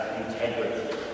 integrity